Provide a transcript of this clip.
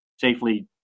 safely